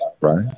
right